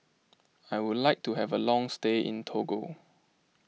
I would like to have a long stay in Togo